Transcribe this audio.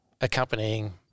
accompanying